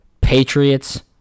Patriots